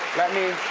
let me,